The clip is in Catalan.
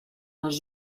les